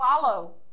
follow